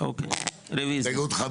אוקיי, רביזיה.